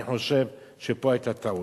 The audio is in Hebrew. אני חושב שפה היתה טעות.